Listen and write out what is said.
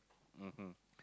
mmhmm